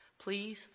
Please